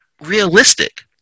realistic